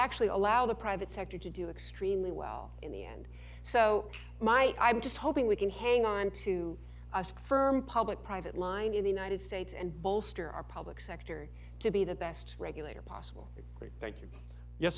actually allow the private sector to do extremely well in the end so might i'm just hoping we can hang on to a firm public private line in the united states and bolster our public sector to be the best regulator possible thank you yes